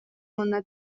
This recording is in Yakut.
уонна